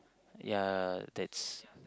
ya that's